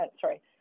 sorry